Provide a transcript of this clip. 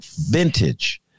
vintage